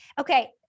okay